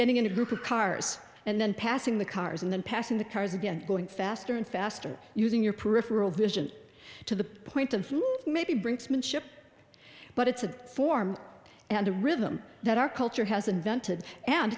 getting in a group of cars and then passing the cars and then passing the cars again going faster and faster using your peripheral vision to the point of maybe brinksmanship but it's a form and a rhythm that our culture has invented and